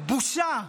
בושה.